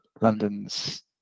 London's